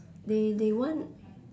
they they want